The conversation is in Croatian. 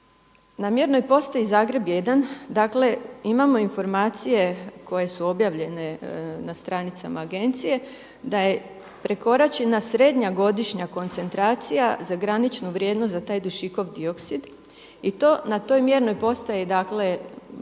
Na mjernoj postaji Zagreb 1, dakle imamo informacije koje su objavljene na stranicama agencije da je prekoračena srednja godišnja koncentracija za graničnu vrijednost za taj dušikov dioksid. I to na toj mjernoj postaji dakle,